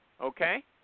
okay